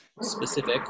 specific